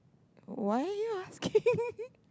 why are asking